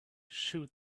shoot